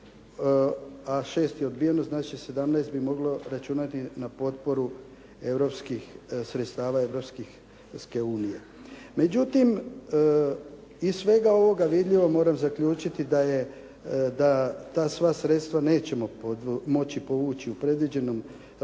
a šest je odbijeno, znači 17 bi moglo računati na potporu europskih sredstava Europske unije. Međutim, iz svega ovoga vidljivog moram zaključiti da ta sva sredstva nećemo moći povući u predviđenim rokovima